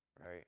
right